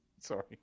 sorry